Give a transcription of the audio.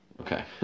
Okay